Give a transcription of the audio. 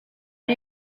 and